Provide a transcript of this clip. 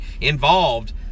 involved